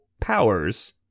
powers